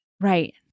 Right